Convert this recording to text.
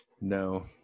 no